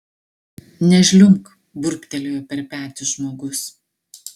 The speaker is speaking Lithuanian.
nežliumbk burbtelėjo per petį žmogus